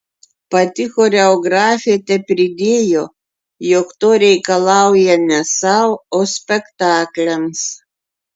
pati choreografė tepridėjo jog to reikalauja ne sau o spektakliams